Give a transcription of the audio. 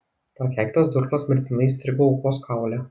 prakeiktas durklas mirtinai įstrigo aukos kaule